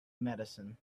medicine